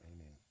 Amen